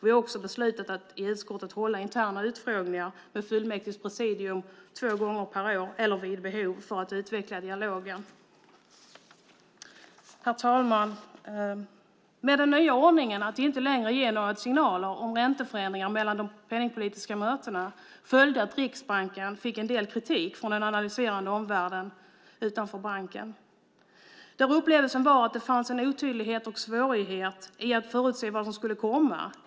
Vi har beslutat att i utskottet hålla interna utfrågningar med fullmäktiges presidium två gånger per år eller vid behov för att utveckla dialogen. Herr talman! Med den nya ordningen att inte längre ge några signaler om ränteförändringar mellan de penningpolitiska mötena följde att Riksbanken fick en del kritik från den analyserande omvärlden utanför banken där upplevelsen var att det fanns en otydlighet och svårighet i att förutse vad som skulle komma.